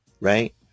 right